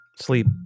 Sleep